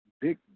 Big